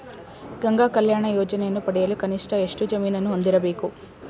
ಗಂಗಾ ಕಲ್ಯಾಣ ಯೋಜನೆಯನ್ನು ಪಡೆಯಲು ಕನಿಷ್ಠ ಎಷ್ಟು ಜಮೀನನ್ನು ಹೊಂದಿರಬೇಕು?